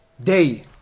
Day